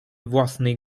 własnej